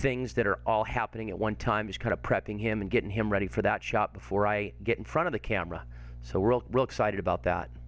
things that are all happening at one time is kind of prepping him and getting him ready for that shot before i get in front of the camera so world real excited about that